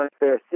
unfair